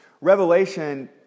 Revelation